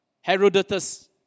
Herodotus